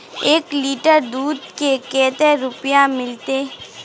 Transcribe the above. एक लीटर दूध के कते रुपया मिलते?